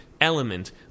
element